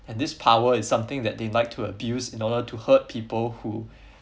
and this power is something that they like to abuse in order to hurt people who